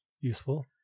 useful